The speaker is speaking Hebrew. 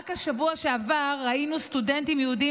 רק בשבוע שעבר ראינו סטודנטים יהודים